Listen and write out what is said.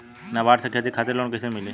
नाबार्ड से खेती खातिर लोन कइसे मिली?